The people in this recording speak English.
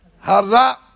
hara